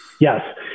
Yes